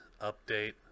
update